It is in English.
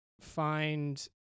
find